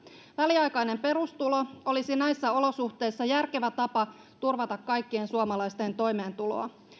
väliaikainen perustulo olisi näissä olosuhteissa järkevä tapa turvata kaikkien suomalaisten toimeentuloa